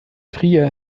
trier